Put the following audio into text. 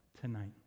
tonight